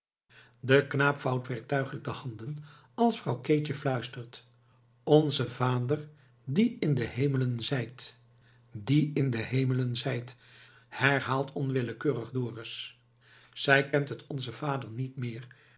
de knaap vouwt werktuigelijk de handen als vrouw keetje fluistert onze vader die in de hemelen zijt die in de hemelen zijt herhaalt onwillekeurig dorus zij kent het onze vader niet meer